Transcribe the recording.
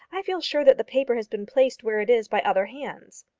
i feel sure that the paper has been placed where it is by other hands.